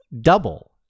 Double